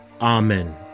Amen